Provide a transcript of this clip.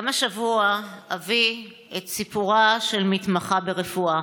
גם השבוע אביא את סיפורה של מתמחה ברפואה.